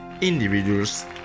individuals